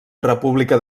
república